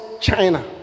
China